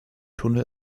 tunnel